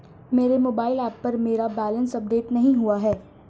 मेरे mobile app पर मेरा बैलेंस अपडेट नहीं हुआ है